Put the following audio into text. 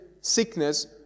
sickness